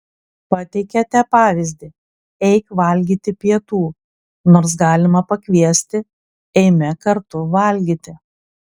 pateikiate pavyzdį eik valgyti pietų nors galima pakviesti eime kartu valgyti